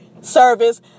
service